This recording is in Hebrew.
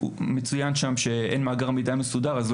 מצוין בדו"ח שאין מאגר מידע מסודר ולכן